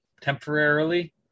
temporarily